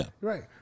Right